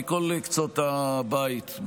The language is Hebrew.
מכל קצות הבית,